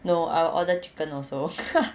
no I will order chicken also